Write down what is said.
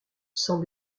sans